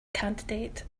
candidate